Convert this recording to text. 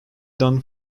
done